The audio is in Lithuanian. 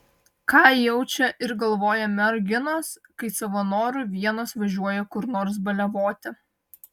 ką jaučia ir galvoja merginos kai savo noru vienos važiuoja kur nors baliavoti